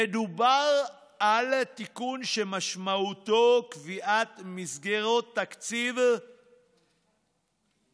"מדובר על תיקון שמשמעותו קביעת מסגרות תקציב ותקציב,